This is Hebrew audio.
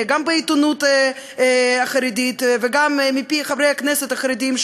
גם בעיתונות החרדית וגם מפי חברי הכנסת החרדים,